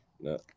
no